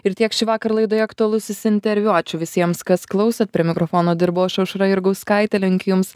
ir tiek šįvakar laidoje aktualusis interviu ačiū visiems kas klausėt prie mikrofono dirbu aš aušra jurgauskaitė linkiu jums